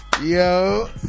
Yo